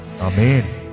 Amen